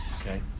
Okay